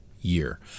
year